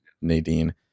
Nadine